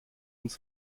uns